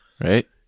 right